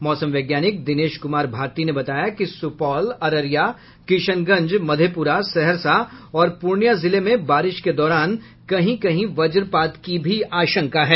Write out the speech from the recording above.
मौसम वैज्ञानिक दिनेश कुमार भारती ने बताया कि सुपौल अररिया किशनगंज मधेपुरा सहरसा और पूर्णिया जिले में बारिश के दौरान कहीं कहीं वज्रपात की आशंका है